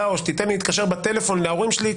או שתתן לי להתקשר בטלפון להורים שלי,